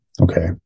Okay